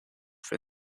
for